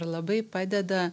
ir labai padeda